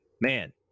man